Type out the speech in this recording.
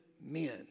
men